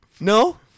No